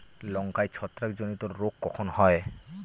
লঙ্কায় ছত্রাক জনিত রোগ কখন হয়?